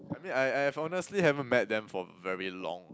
I mean I I have honestly haven't met them for very long